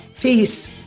Peace